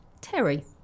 Terry